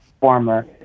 former